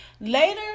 Later